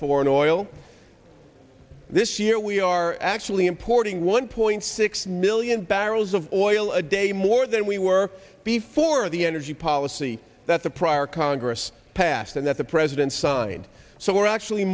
foreign oil this year we are actually importing one point six million barrels of oil a day more than we were before the energy policy that the prior congress passed and that the president signed so we're actually